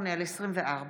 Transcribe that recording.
ביטחון (תיקון, ביטול גיוס